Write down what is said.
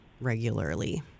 regularly